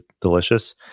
delicious